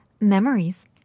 Memories